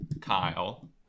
Kyle